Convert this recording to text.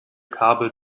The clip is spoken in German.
kabel